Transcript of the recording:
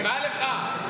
נראה לך?